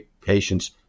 patients